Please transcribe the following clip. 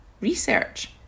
research